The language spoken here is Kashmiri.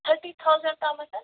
تھٔٹی تھاوزَنٛٹ تام حظ